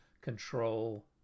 control